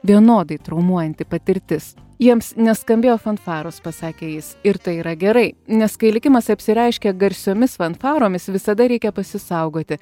vienodai traumuojanti patirtis jiems neskambėjo fanfaros pasakė jis ir tai yra gerai nes kai likimas apsireiškia garsiomis fanfaromis visada reikia pasisaugoti